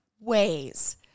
ways